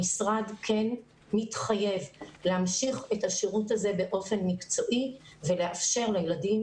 המשרד כן מתחייב להמשיך את השירות הזה באופן מקצועי ולאפשר לילדים